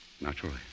Naturally